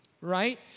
Right